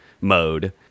mode